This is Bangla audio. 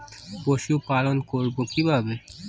পশুপালন করব কিভাবে?